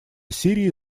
сирии